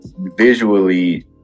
visually